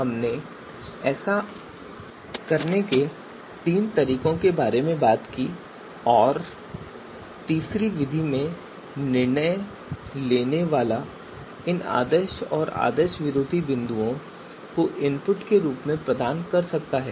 हमने ऐसा करने के तीन तरीकों के बारे में बात की और तीसरी विधि में निर्णय लेने वाला इन आदर्श और आदर्श विरोधी बिंदुओं को इनपुट के रूप में प्रदान कर सकता है